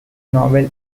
novel